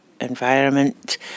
environment